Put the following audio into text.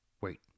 Wait